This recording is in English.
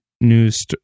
news